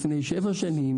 לפני שבע שנים,